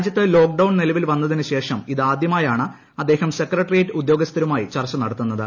രാജ്യത്ത് lockdown നിലവിൽ വന്നതിനുശേഷം ഇത് ആദ്യമായാണ് അദ്ദേഹം സെക്രട്ടറിയേറ്റ് ഉദ്യോഗസ്ഥരുമായി ചർച്ച നടത്തിയത്